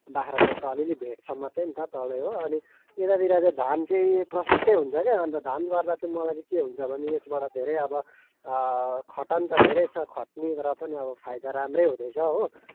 बाग्राकोट त अलिअलि भेट्छ मात्रै नि त तलै हो अनि त्यतातिर चाहिँ धान चाहिँ प्रशस्तै हुन्छ क्या अन्त धान गर्दा चाहिँ मलाई चाहिँ के हुन्छ भने यसबाट धेरै अब खटन त धेरै छ खट्नी र पनि अब फाइदा राम्रै हुँदैछ हो